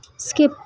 skip